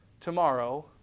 tomorrow